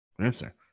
answer